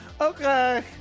Okay